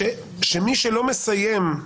שמי שלא מסיים את